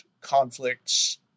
conflicts